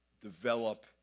develop